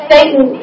Satan